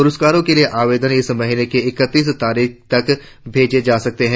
प्रस्कारों के लिए आवेदन इस महीने की ईकतीस तारीख तक भेजे जा सकते है